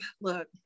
look